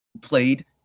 played